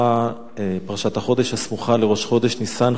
פרשת החודש הסמוכה לראש חודש ניסן,